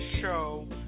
show